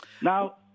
Now